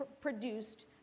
produced